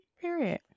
Period